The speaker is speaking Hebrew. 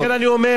לכן אני אומר,